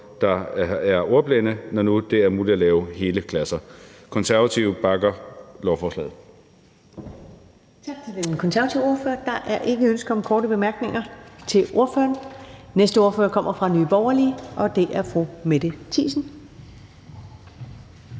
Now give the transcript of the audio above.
der er ordblinde, når nu det er muligt at lave hele klasser. Konservative bakker op om lovforslaget. Kl. 17:06 Første næstformand (Karen Ellemann): Tak til den konservative ordfører. Der er ikke ønske om korte bemærkninger til ordføreren. Næste ordfører kommer fra Nye Borgerlige, og det er fru Mette Thiesen. Kl.